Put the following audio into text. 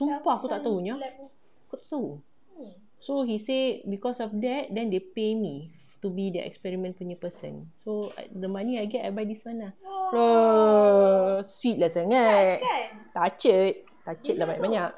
sumpah aku tak tahu nyah so he say because of that then they pay me to be the experiment punya person so the money I get I buy this [one] lah !wah! sweet lah sangat touched touched lah banyak-banyak